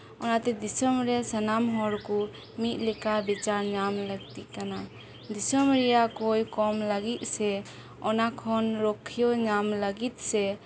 ᱚᱱᱟᱛᱮ ᱫᱤᱥᱚᱢ ᱨᱮ ᱥᱟᱱᱟᱢ ᱦᱚᱲ ᱠᱚ ᱢᱤᱫ ᱞᱮᱠᱟ ᱵᱤᱪᱟᱹᱨ ᱧᱟᱢ ᱞᱟᱹᱠᱛᱤᱜ ᱠᱟᱱᱟ ᱫᱤᱥᱚᱢ ᱨᱮᱭᱟᱜ ᱠᱚᱭ ᱠᱚᱢ ᱞᱟᱹᱜᱤᱫ ᱥᱮ ᱚᱱᱟ ᱠᱷᱳᱱ ᱨᱩᱠᱷᱤᱭᱟᱹᱣ ᱧᱟᱢ ᱞᱟᱹᱜᱤᱫ ᱥᱮ